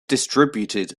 distributed